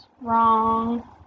wrong